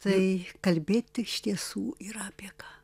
tai kalbėti iš tiesų yra apie ką